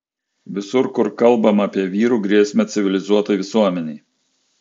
visur kur kalbama apie vyrų grėsmę civilizuotai visuomenei